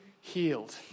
healed